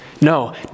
No